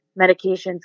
medications